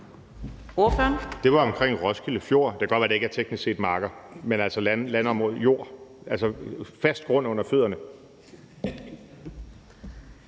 Det var omkring Roskilde fjord. Det kan godt være, at det teknisk set ikke var marker, men det var jord, altså fast grund under fødderne.